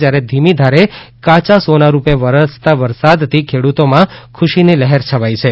જ્યારે ધીમી ધારે કાયા સોના રૂપે વરસતા વરસાદથી ખેડૂતોમાં ખુશીની લહેર છવાઇ છે